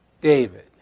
David